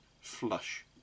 flush